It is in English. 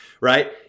right